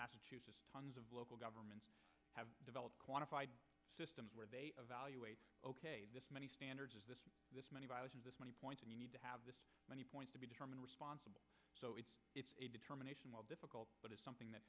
massachusetts tons of local governments have developed quantified systems where they evaluate this many standards this this many viruses this many points and you need to have this many points to be determined responsible so it's it's a determination difficult but it's something that